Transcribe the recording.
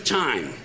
time